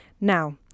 Now